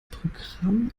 programm